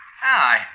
Hi